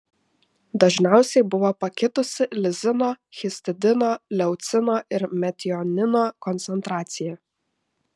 dažniausiai buvo pakitusi lizino histidino leucino ir metionino koncentracija